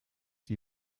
die